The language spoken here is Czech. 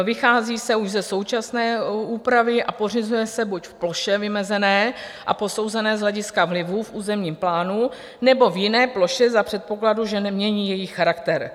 Vychází se už ze současné úpravy a pořizuje se buď v ploše vymezené a posouzené z hlediska vlivu v územním plánu, nebo v jiné ploše za předpokladu, že nemění její charakter.